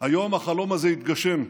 היום החלום הזה התגשם.